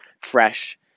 fresh